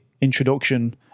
introduction